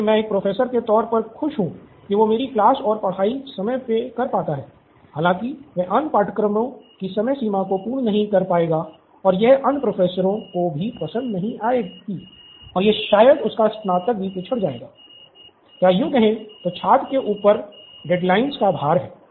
जिससे मैं एक प्रोफेसर के तौर पर खुश हूँ की वो मेरी क्लास और पढ़ाई समय पे कर पाता हैं हालांकि वह अन्य पाठ्यक्रमों की समय सीमा को पूर्ण नहीं कर पाएगा और यह बात अन्य प्रोफेसरों को भी पसंद नहीं आएगी और शायद उसका स्नातक भी पिछड़ जाएगा या यू कहे तो छात्र के ऊपर देयद्लिनेस का भार हैं